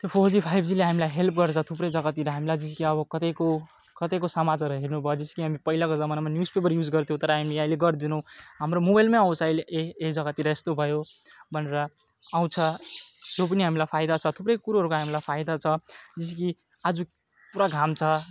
त्यो four G five जीले हामीलाई हेल्प गर्छ थुप्रै जग्गातिर हामीलाई जस्तो कि अब कतैको कतैको समाचारहरू हेर्नुभयो जस्तो कि हामी पहिलाको जमानामा न्युजपेपर युज गर्थ्यौँ तर हामी अहिले गर्दैनौँ हाम्रो मोबाइलमै आउँछ अहिले ए यो जग्गातिर यस्तो भयो भनेर आउँछ त्यो पनि हामीलाई फाइदा छ थुप्रै कुरोहरूको हामीलाई फाइदा छ जस्तो कि आज पुरा घाम छ